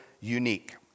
unique